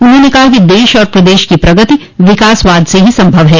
उन्होंने कहा कि देश और प्रदेश की प्रगति विकासवाद से ही संभव है